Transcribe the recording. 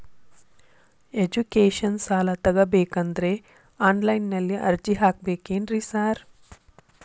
Education ಸಾಲ ತಗಬೇಕಂದ್ರೆ online ನಲ್ಲಿ ಅರ್ಜಿ ಹಾಕ್ಬೇಕೇನ್ರಿ ಸಾರ್?